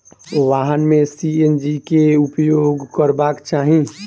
वाहन में सी.एन.जी के उपयोग करबाक चाही